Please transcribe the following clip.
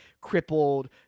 crippled